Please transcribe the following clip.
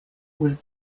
was